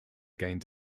gained